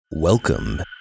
Welcome